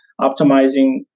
optimizing